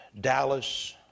Dallas